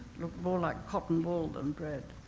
looked more like cotton wool than bread.